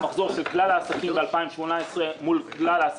בדקנו את המחזור של כלל העסקים ב-2018 מול אותם